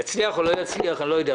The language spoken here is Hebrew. אם יצליח או לא יצליח אני לא יודע,